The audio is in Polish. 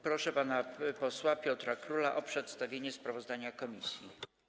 Proszę pana posła Piotra Króla o przedstawienie sprawozdania komisji.